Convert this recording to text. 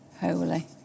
Holy